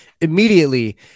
immediately